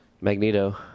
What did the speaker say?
Magneto